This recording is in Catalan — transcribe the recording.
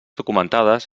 documentades